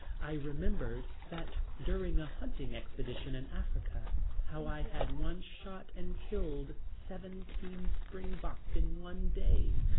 i remembered that during a hunting expedition in africa how i had once shot and killed seventeen spring-bok in one day,